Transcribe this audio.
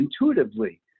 intuitively